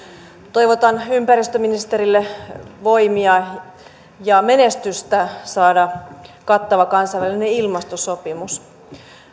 toivotan ympäristöministerille voimia ja menestystä saada kattava kansainvälinen ilmastosopimus